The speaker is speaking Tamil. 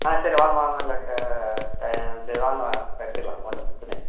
ஆ சரி வாங்க வாங்க டை சரி வாங்க வாங்க எடுத்துக்கலாம் ஒன்றும் பிரச்சின இல்லை